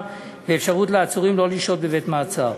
ואפשרות לעצורים שלא לשהות בבית-מעצר.